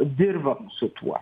dirbam su tuo